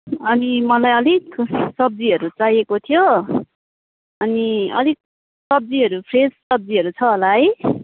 अनि मलाई अलिक सब्जीहरू चाहिएको थियो अनि अलिक सब्जीहरू फ्रेस सब्जीहरू छ होला है